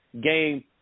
game